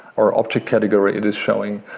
or object category it is showing.